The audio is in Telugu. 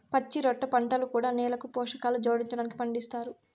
పచ్చిరొట్ట పంటలు కూడా నేలకు పోషకాలు జోడించడానికి పండిస్తారు